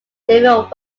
david